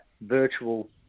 virtual